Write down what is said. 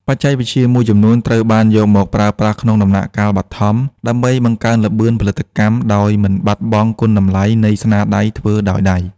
បច្ចេកវិទ្យាមួយចំនួនត្រូវបានយកមកប្រើប្រាស់ក្នុងដំណាក់កាលបឋម ដើម្បីបង្កើនល្បឿនផលិតកម្មដោយមិនបាត់បង់គុណតម្លៃនៃស្នាដៃធ្វើដោយដៃ។